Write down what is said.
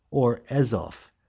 or azoph,